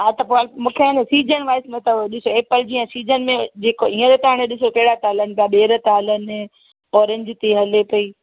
हा त पोइ मूंखे आहे न सीजन वाइस में अथव ॾिस ऐपल जीअं सीजन में जेको हींअर तव्हां हाणे ॾिसो ॿेर त हलनि पिया ॿेर था हलनि ऑरेंज थी हले पई